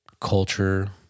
culture